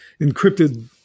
encrypted